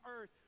earth